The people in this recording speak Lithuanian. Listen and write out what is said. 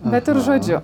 bet ir žodžiu